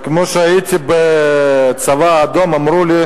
כשהייתי בצבא האדום אמרו לי: